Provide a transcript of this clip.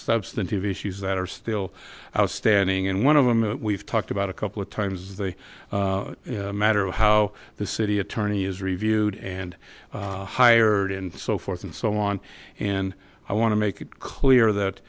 substantive issues that are still outstanding and one of them we've talked about a couple of times as a matter of how the city attorney is reviewed and hired and so forth and so on and i want to make it clear that